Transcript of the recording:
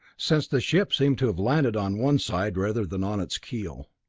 since the ship seemed to have landed on one side rather than on its keel.